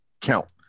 count